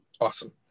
Awesome